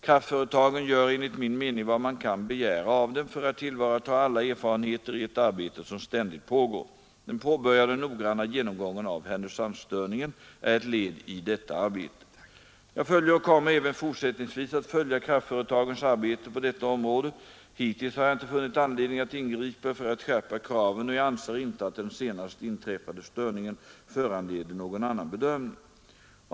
Kraftföretagen gör enligt min mening vad man kan begära av dem för att tillvarata alla erfarenheter i ett arbete som ständigt pågår. Den påbörjade noggranna genomgången av Härnösandsstörningen är ett led i detta arbete. Jag följer och kommer även fortsättningsvis att följa kraftföretagens arbete på detta område. Hittills har jag inte funnit anledning att ingripa för att skärpa kraven, och jag anser inte att den nu senast inträffade störningen föranleder någon annan bedömning.